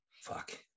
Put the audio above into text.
fuck